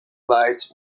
light